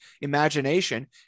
imagination